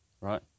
right